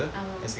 (uh huh)